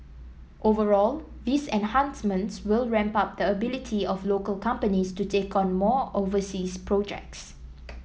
overall these enhancements will ramp up the ability of local companies to take on more overseas projects